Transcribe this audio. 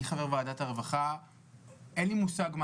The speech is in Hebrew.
אני חבר ועדת הרווחה ואין לי מושג מה